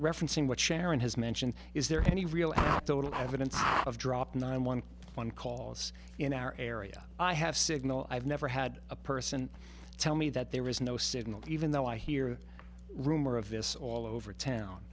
referencing what sharon has mentioned is there any real and total evidence of drop nine one one calls in our area i have signal i have never had a person tell me that there is no signal even though i hear rumor of this all over town